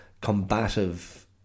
combative